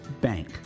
bank